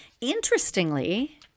Interestingly